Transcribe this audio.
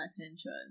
attention